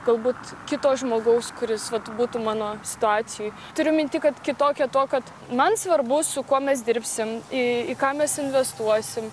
galbūt kito žmogaus kuris būtų mano situacijoj turiu minty kad kitokia tuo kad man svarbu su kuo mes dirbsim į ką mes investuosim